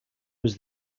was